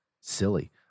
silly